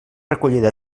recollida